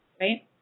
right